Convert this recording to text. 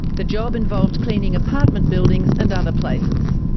the job involved cleaning apartment buildings and other places.